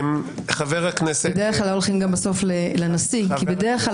בדרך כלל הולכים בסוף לנשיא כי בדרך כלל